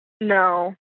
No